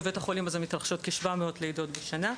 בבית החולים הזה מתרחשות כ-700 לידות בשנה,